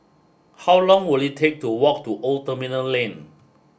how long will it take to walk to Old Terminal Lane